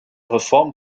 reform